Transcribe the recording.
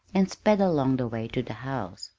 and sped along the way to the house.